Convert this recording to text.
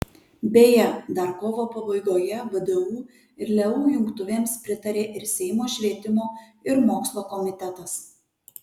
beje dar kovo pabaigoje vdu ir leu jungtuvėms pritarė ir seimo švietimo ir mokslo komitetas